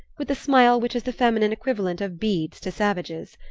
with the smile which is the feminine equivalent of beads to savages.